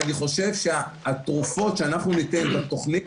ואני חושב התרופות שאנחנו ניתן בתוכנית,